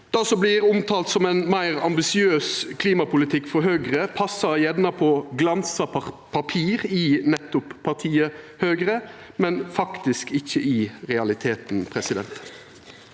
Det som vert omtalt som ein meir ambisiøs klimapolitikk av Høgre, passar gjerne på glansa papir i nettopp partiet Høgre, men ikkje i realiteten. Presidenten